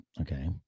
okay